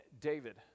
David